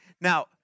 Now